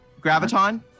Graviton